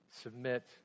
Submit